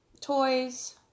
toys